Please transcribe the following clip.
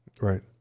right